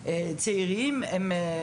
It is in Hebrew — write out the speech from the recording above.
מאוד,